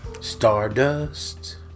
Stardust